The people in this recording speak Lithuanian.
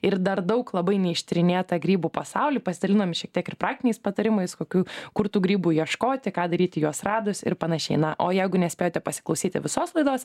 ir dar daug labai neištyrinėtą grybų pasaulį pasidalinome šiek tiek ir praktiniais patarimais kokių kur tų grybų ieškoti ką daryti juos radus ir panašiai na o jeigu nespėjote pasiklausyti visos laidos